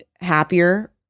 happier